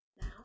Now